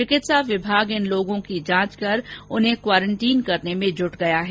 चिकित्सा विभाग इन लोगों की जांच कर इन्हें क्वारेंटीन करने में जुट गया है